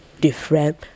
different